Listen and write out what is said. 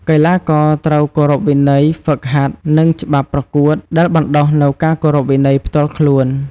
កីឡាករត្រូវគោរពវិន័យហ្វឹកហាត់ និងច្បាប់ប្រកួត ដែលបណ្តុះនូវការគោរពវិន័យផ្ទាល់ខ្លួន។